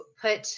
put